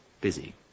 busy